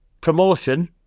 promotion